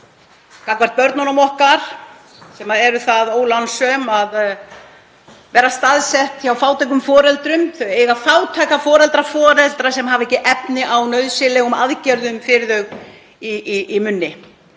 gagnvart börnunum okkar, þeim sem eru það ólánsöm að vera staðsett hjá fátækum foreldrum. Þau eiga fátæka foreldra sem hafa ekki efni á nauðsynlegum aðgerðum fyrir þau í munni,